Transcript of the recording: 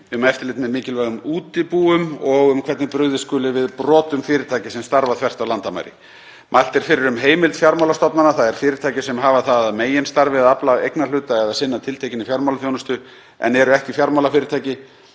ríki, um eftirlit með mikilvægum útibúum og um hvernig brugðist skuli við brotum fyrirtækja sem starfa þvert á landamæri. Mælt er fyrir um heimild fjármálastofnana, þ.e. fyrirtækja sem hafa það að meginstarfsemi að afla eignarhluta eða sinna tiltekinni fjármálaþjónustu en eru ekki fjármálafyrirtæki,